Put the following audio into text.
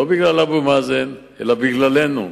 לא בגלל אבו מאזן אלא בגללנו,